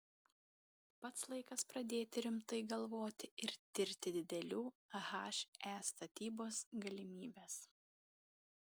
pats laikas pradėti rimtai galvoti ir tirti didelių he statybos galimybes